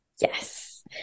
Yes